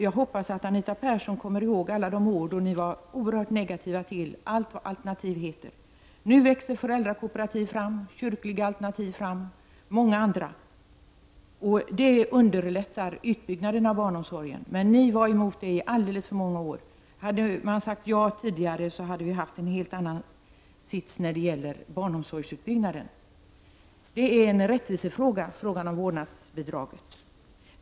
Jag hoppas att Anita Persson kommer ihåg alla ord då ni var så oerhört negativa till allt vad alternativ heter. Nu växer föräldrakooperativ fram, kyrkliga alternativ och många andra. Detta underlättar utbyggnaden av barnomsorgen. Men ni var emot det alldeles för många år. Hade ni sagt ja tidigare, hade vi haft en helt annan situation när det gäller barnomsorgsutbyggnaden. Frågan om vårdnadsbidrag är en rättvisefråga.